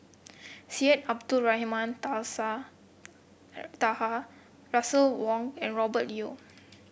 Syed Abdulrahman Tasa Taha Russel Wong and Robert Yeo